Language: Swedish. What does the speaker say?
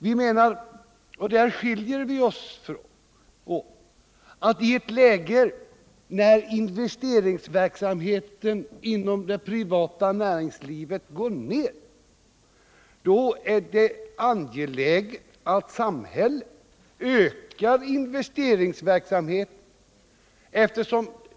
Vi menar — och där skiljer vi oss åt — att i ett läge när investeringsverksamheten inom det privata näringslivet går ned, då är det angeläget att samhället ökar investeringsverksamheten.